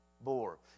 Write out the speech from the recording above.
bore